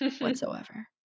whatsoever